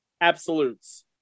absolutes